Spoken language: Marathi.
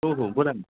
हो हो बोला ना